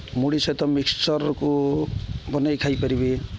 ମୁଡ଼ି ସହିତ ମିକ୍ସଚର୍କୁ ବନେଇ ଖାଇପାରିବି